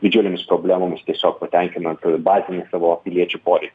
didžiulėmis problemomis tiesiog patenkinant bazinį savo piliečių poreikį